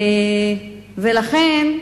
לכן,